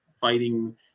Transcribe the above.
fighting